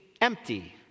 Empty